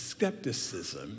Skepticism